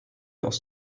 aus